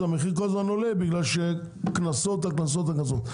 המחיר כל הזמן עולה כי יש קנסות על גבי קנסות.